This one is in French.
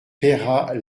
peyrat